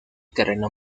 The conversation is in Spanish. terrenos